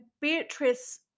Beatrice